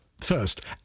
First